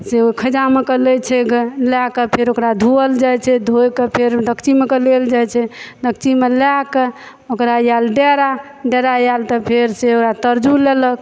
से ओ खजामे कऽ लै छै गऽ लए कऽ फेर ओकरा धोवल जाइ छै धोइ कऽ फेर डेकचीमे कऽ लेल जाइ छै डेकचीमे लाबि कऽ ओकरा आएल डेरा डेरा आएल तऽ फेर से ओकरा तरजु लेलक